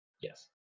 yes